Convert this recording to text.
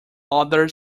other